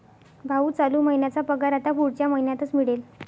भाऊ, चालू महिन्याचा पगार आता पुढच्या महिन्यातच मिळेल